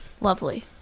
Lovely